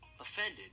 offended